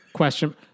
Question